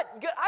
good